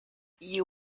you